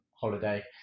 holiday